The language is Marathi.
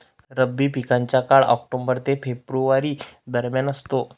रब्बी पिकांचा काळ ऑक्टोबर ते फेब्रुवारी दरम्यान असतो